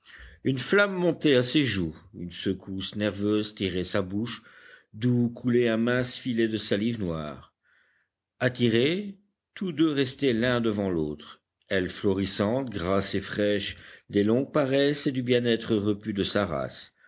une flamme montait à ses joues une secousse nerveuse tirait sa bouche d'où coulait un mince filet de salive noire attirés tous deux restaient l'un devant l'autre elle florissante grasse et fraîche des longues paresses et du bien-être repu de sa race